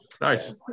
Nice